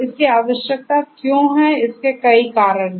इसकी आवश्यकता क्यों है इसके कई कारण हैं